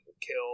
kill